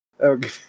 Okay